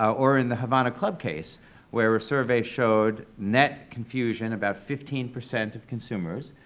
or, in the havana club case where a survey showed net confusion, about fifteen percent of consumers,